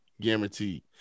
Guaranteed